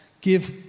give